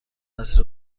مسیر